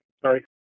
Sorry